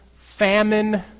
famine